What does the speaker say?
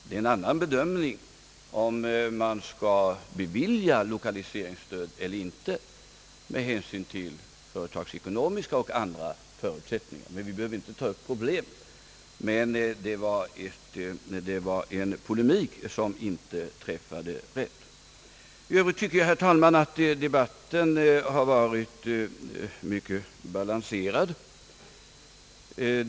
Det blir en annan bedömning om man skall bevilja lokaliseringsstöd eller inte med hänsyn till företagets ekonomiska eller andra förutsättningar, men vi behöver inte ta upp det problemet nu. Det var dock en polemik som inte träffade rätt. I övrigt tycker jag, herr talman, att debatten hittills har varit mycket balanserad.